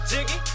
Jiggy